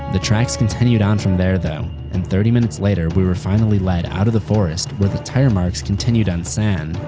the tracks continued on from there though and thirty minutes later we were finally led out of the forest where the tiremarks continued on sand.